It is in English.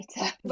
later